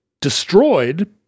destroyed